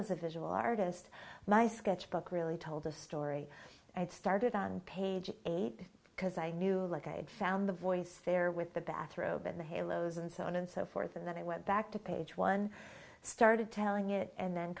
as a visual artist my sketchbook really told a story i had started on page eight because i knew like i had found the voice there with the bathrobe and the halos and so on and so forth and then i went back to page one started telling it and then